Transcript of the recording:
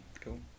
cool